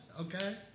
okay